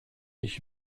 ich